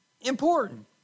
important